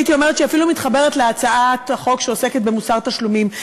הייתי אומרת שהיא אפילו מתחברת להצעת החוק שעוסקת במוסר תשלומים.